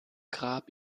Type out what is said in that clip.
grab